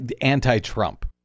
anti-Trump